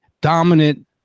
dominant